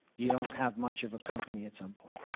you don't have much of a company at some point.